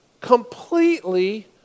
completely